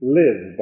live